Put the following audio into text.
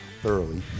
thoroughly